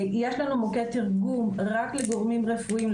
יש לנו מוקד תרגום רק לגורמים רפואיים,